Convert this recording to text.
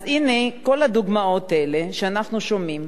אז הנה, כל הדוגמאות האלה שאנחנו שומעים.